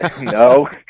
No